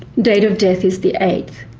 date of death is the eighth?